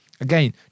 Again